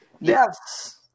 Yes